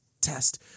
test